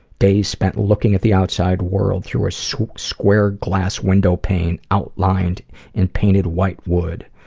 days spent looking at the outside world through a so square glass windowpane outlined in painted, white wood.